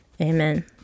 Amen